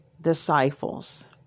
disciples